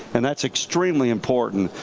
and that's extremely important.